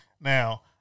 Now